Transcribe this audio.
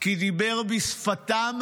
כי דיבר בשפתם,